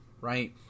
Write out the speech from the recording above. right